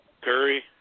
Curry